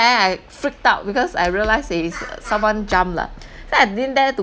then I freaked out because I realised is someone jump lah so I didn't dare to